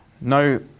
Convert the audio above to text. No